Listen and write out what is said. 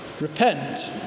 Repent